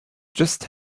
just